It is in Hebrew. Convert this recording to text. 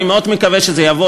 אני מאוד מקווה שזה יבוא,